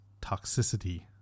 toxicity